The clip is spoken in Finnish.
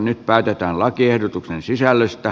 nyt päätetään lakiehdotusten sisällöstä